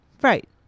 Right